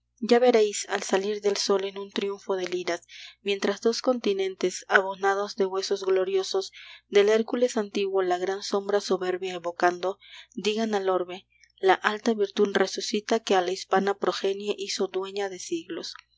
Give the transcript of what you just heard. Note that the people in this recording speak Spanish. ya veréis al salir del sol en un triunfo de liras mientras dos continentes abonados de huesos gloriosos del hércules antiguo la gran sombra soberbia evocando digan al orbe la alta virtud resucita que a la hispana progenie hizo dueña de siglos